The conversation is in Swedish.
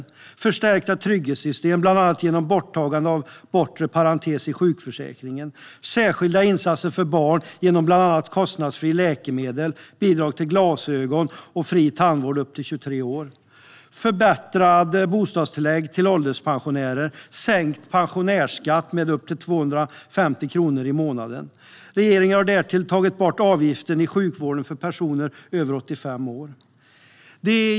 Vi har förstärkt trygghetssystemen, bland annat genom borttagandet av bortre parentes i sjukförsäkringen. Vi har gjort särskilda insatser för barn genom bland annat kostnadsfria läkemedel, bidrag till glasögon och fri tandvård upp till 23 år. Vi har förbättrat bostadstillägget till ålderspensionärer och sänkt pensionärsskatten med upp till 250 kronor i månaden. Vi har därtill tagit bort avgifterna i sjukvården för personer över 85 år.